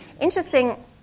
interesting